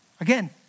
Again